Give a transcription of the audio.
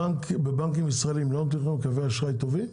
בבנקים ישראליים לא נותנים לכם קווי אשראי טובים,